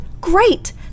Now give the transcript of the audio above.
Great